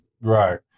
Right